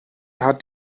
hat